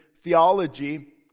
theology